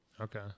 Okay